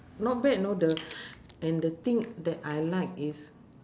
not bad you know the and the thing that I like is